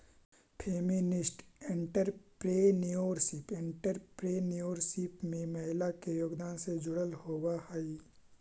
feminist entrepreneurship entrepreneurship में महिला के योगदान से जुड़ल होवऽ हई